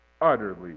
utterly